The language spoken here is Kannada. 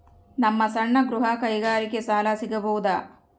ನಮ್ಮ ಸಣ್ಣ ಗೃಹ ಕೈಗಾರಿಕೆಗೆ ಸಾಲ ಸಿಗಬಹುದಾ?